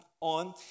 on